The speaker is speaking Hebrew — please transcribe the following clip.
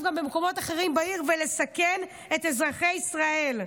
גם במקומות אחרים בעיר ולסכן את אזרחי ישראל.